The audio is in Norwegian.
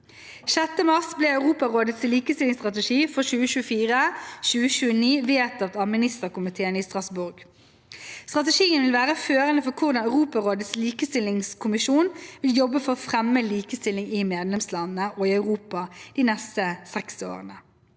6. mars ble Europarådets likestillingsstrategi for 2024–2029 vedtatt av ministerkomiteen i Strasbourg. Strategien vil være førende for hvordan Europarådets likestillingskommisjon vil jobbe for å fremme likestilling i medlemslandene og i Europa de neste seks årene.